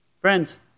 Friends